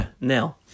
Now